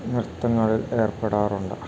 നൃത്തങ്ങളിൽ ഏർപ്പെടാറുണ്ട്